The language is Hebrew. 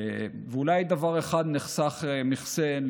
אולי דבר אחד נחסך מחסיין,